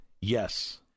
Yes